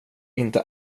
inte